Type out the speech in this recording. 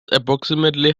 approximately